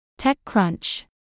TechCrunch